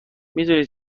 میدونی